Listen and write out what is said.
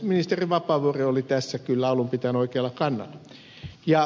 ministeri vapaavuori oli tässä kyllä alun pitäen oikealla kannalla